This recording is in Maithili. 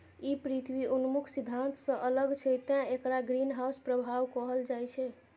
ई पृथ्वी उन्मुख सिद्धांत सं अलग छै, तें एकरा ग्रीनहाउस प्रभाव कहल जाइ छै